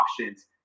options